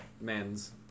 men's